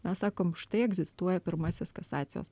mes sakom štai egzistuoja pirmasis kasacijos